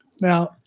Now